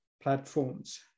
platforms